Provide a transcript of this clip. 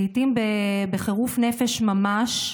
לעיתים בחירוף נפש ממש,